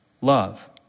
love